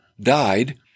died